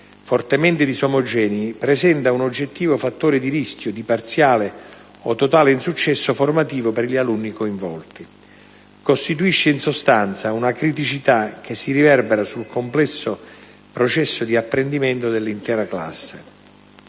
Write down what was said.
fortemente disomogenei presenta un oggettivo fattore di rischio di parziale o totale insuccesso formativo per gli alunni coinvolti. Costituisce in sostanza una criticità che si riverbera sul complessivo processo di apprendimento dell'intera classe.